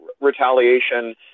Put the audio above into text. retaliation